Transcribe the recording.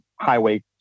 Highway